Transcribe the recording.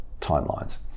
timelines